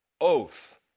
oath